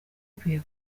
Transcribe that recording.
ikwiye